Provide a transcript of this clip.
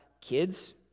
kids